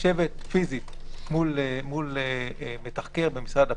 לשבת פיזית מול מתחקר במשרד הפנים,